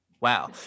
Wow